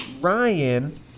Ryan